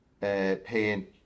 paying